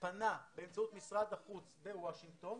פנה באמצעות משרד החוץ בוושינגטון,